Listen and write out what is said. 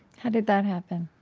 how did that happen?